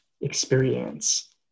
experience